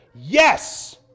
Yes